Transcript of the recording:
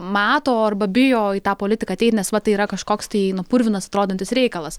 mato arba bijo į tą politiką ateiti nes va tai yra kažkoks tai na purvinas atrodantis reikalas